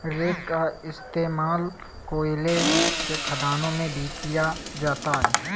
rake का इश्तेमाल कोयले के खदानों में भी किया जाता है